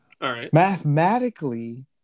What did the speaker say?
Mathematically